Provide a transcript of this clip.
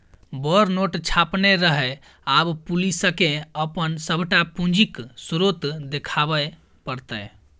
बड़ नोट छापने रहय आब पुलिसकेँ अपन सभटा पूंजीक स्रोत देखाबे पड़तै